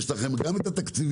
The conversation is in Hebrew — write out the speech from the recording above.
יש לכם גם את התקציבים,